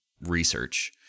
research